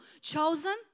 chosen